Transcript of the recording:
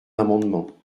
amendement